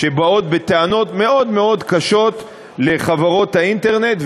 שבאות בטענות מאוד מאוד קשות לחברות האינטרנט,